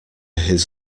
his